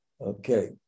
Okay